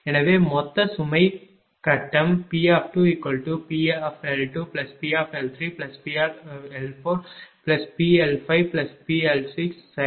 எனவே மொத்த சுமை கட்டம் P2PL2PL3PL4PL5PL6 சரி